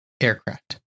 aircraft